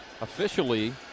officially